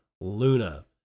Luna